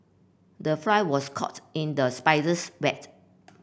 the fly was caught in the spider's wet